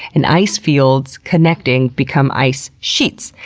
and icefields connecting become ice sheets.